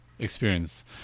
experience